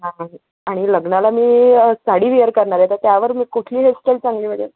हा हा हा आणि लग्नाला मी साडी विअर करणार आहे तर त्यावर मी कुठली हेअरस्टाईल चांगली मध्ये